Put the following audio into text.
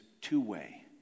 two-way